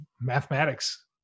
mathematics